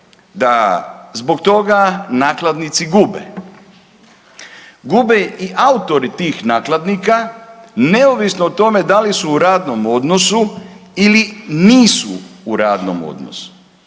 da zbog toga nakladnici gube. Gube i autori tih nakladnika neovisno o tome da li su u radnom odnosu ili nisu u radnom odnosu.